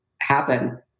happen